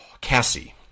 Cassie